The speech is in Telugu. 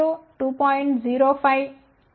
05 2